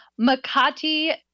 Makati